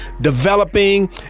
developing